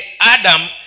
Adam